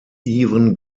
evan